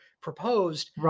proposed